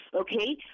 okay